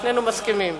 שנינו מסכימים.